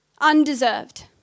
Undeserved